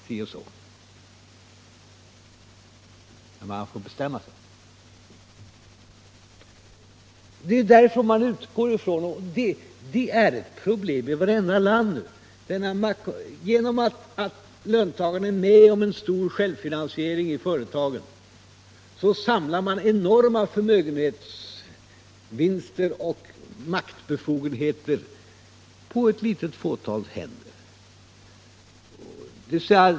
Ni får betämma er! Detta är ett problem i vartenda land. Genom att löntagarna är med om en stor självfinansiering i företagen samlas enorma förmögenhetsvinster och maktbefogenheter på ett fåtal händer.